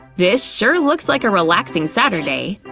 this sure looks like a relaxing saturday.